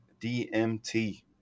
DMT